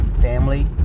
Family